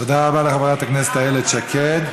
תודה רבה לחברת הכנסת איילת שקד.